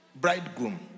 bridegroom